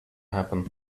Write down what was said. happen